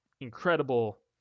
incredible